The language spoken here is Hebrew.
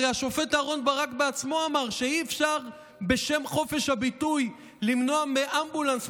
הרי השופט אהרן ברק בעצמו אמר שאי-אפשר בשם חופש הביטוי למנוע מאמבולנס,